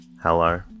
Hello